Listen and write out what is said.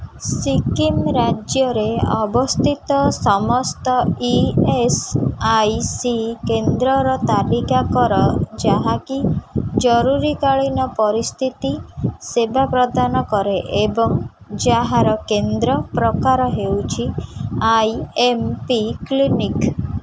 ସିକିମ୍ ରାଜ୍ୟରେ ଅବସ୍ଥିତ ସମସ୍ତ ଇ ଏସ୍ ଆଇ ସି କେନ୍ଦ୍ରର ତାଲିକା କର ଯାହାକି ଜରୁରୀକାଳୀନ ପରିସ୍ଥିତି ସେବା ପ୍ରଦାନ କରେ ଏବଂ ଯାହାର କେନ୍ଦ୍ର ପ୍ରକାର ହେଉଛି ଆଇ ଏମ୍ ପି କ୍ଲିନିକ୍